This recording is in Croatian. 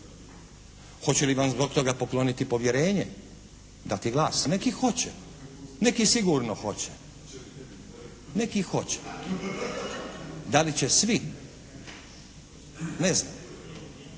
Hoće li vam zbog toga pokloniti povjerenje, dati glas? Neki hoće. Neki sigurno hoće. Neki i hoće. Da li će svi? Ne znam.